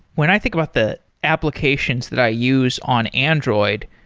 when i think about the applications that i use on android,